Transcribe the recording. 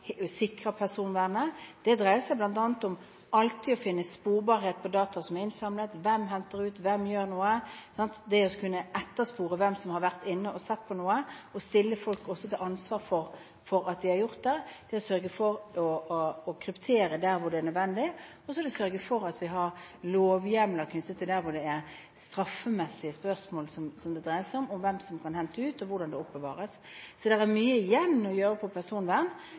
personvernet. Det dreier seg bl.a. om alltid å ha sporbarhet når det gjelder data som er samlet inn: Hvem henter ut? Hvem gjør noe? Det dreier seg altså om å kunne etterspore hvem som har vært inne og sett på noe, og også om å stille folk til ansvar for at de har gjort det. Det dreier seg om å sørge for å kryptere der hvor det er nødvendig. Så må vi sørge for at vi har lovhjemler når det dreier seg om straffemessige spørsmål, dvs. hvem som kan hente ut, og hvordan dette oppbevares. Det er mye som må gjøres i årene fremover når det gjelder personvern.